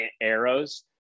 arrows